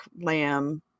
lamb